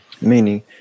meaning